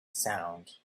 sound